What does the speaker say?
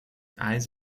eyes